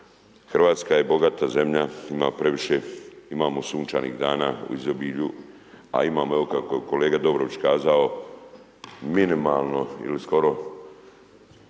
Hrvatska je bogata zemlja, imamo sunčanih dana u izobilju a imamo evo kako je kolega Dobrović kazao, minimalno ili skoro